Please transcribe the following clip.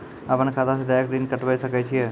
अपन खाता से डायरेक्ट ऋण कटबे सके छियै?